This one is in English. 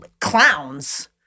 clowns